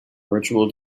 virtual